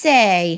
Say